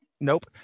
nope